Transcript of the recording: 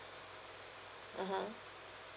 (uh huh)